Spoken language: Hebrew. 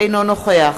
אינו נוכח